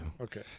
Okay